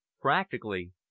Practically